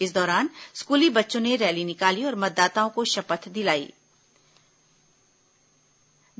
इस दौरान स्कूली बच्चों ने रैली निकाली और मतदाताओं को शपथ दिलाई गई